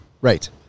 Right